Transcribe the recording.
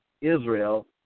Israel